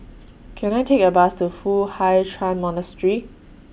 Can I Take A Bus to Foo Hai Ch'An Monastery